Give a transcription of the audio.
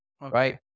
Right